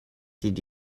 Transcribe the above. did